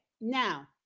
now